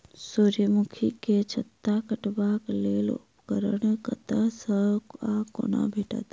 सूर्यमुखी केँ छत्ता काटबाक लेल उपकरण कतह सऽ आ कोना भेटत?